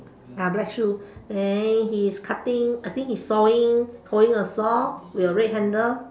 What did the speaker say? uh black shoe then he is cutting I think he is sawing holding a saw with a red handle